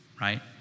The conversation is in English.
right